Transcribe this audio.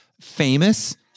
famous